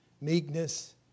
meekness